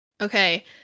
okay